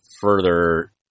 further